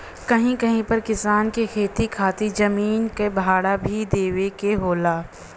कहीं कहीं पर किसान के खेती खातिर जमीन क भाड़ा भी देवे के होला